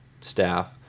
staff